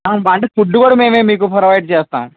అంటే ఫుడ్ కూడ మేమే మీకు ప్రొవైడ్ చేస్తాం